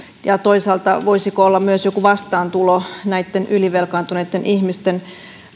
ja toisaalta se voisiko olla myös joku vastaantulo näitten ylivelkaantuneitten ihmisten